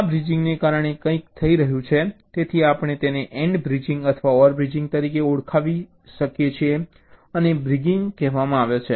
આ બ્રિજિંગને કારણે કંઈક થઈ રહ્યું છે તેથી આપણે તેને AND બ્રિજિંગ અથવા OR બ્રિજિંગ તરીકે ઓળખાવીએ છીએ અને બ્રિગિંગ કહે છે